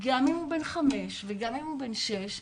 גם אם הוא בן חמש וגם אם הוא בן שש,